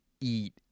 eat